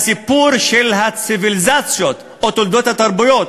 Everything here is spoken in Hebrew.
The Story Of Civilization, "תולדות התרבות".